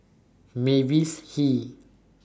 Mavis Hee